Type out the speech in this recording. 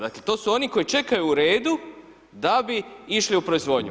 Dakle, to su oni koji čekaju u redu da bi išli u proizvodnju.